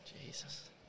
Jesus